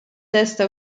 testa